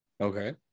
Okay